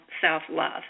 self-love